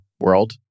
world